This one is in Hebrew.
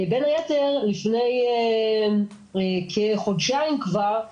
בין היתר, לפני כחודשיים כבר,